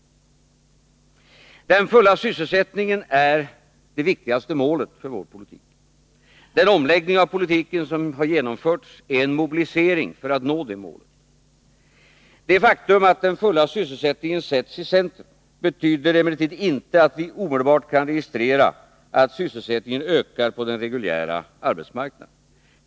Den fulla sysselsättningen är det viktigaste målet för vår politik. Den omläggning av politiken som genomförts är en mobilisering för detta mål. Det faktum att den fulla sysselsättningen sätts i centrum betyder emellertid inte att vi omedelbart kan registrera att sysselsättningen ökar på den reguljära arbetsmarknaden.